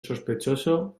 sospechoso